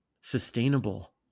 sustainable